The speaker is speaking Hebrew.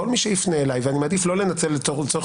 כל מי שיפנה אליי ואני מעדיף לא לנצל את זמן